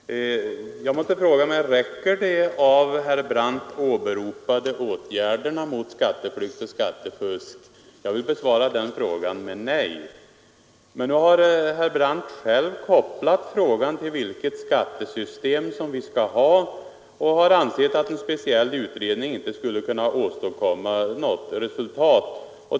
Herr talman! Jag måste fråga mig: Räcker de av herr Brandt åberopade åtgärderna mot skatteflykt och skattefusk? Jag vill besvara den frågan med nej. Herr Brandt har själv kopplat ihop frågan med vilket skattesystem vi skall ha och anfört att en speciell utredning inte skulle kunna åstadkomma något resultat.